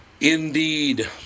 Indeed